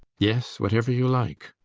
yes whatever you like.